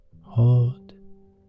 hold